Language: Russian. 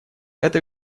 это